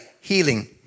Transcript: Healing